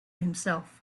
himself